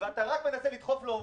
ואתה רק מנסה לדחוף לו עובדים,